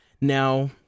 Now